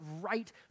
right